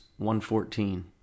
1.14